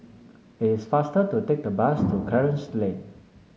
it's faster to take the bus to Clarence Lane